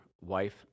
wife